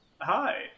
Hi